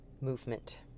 Movement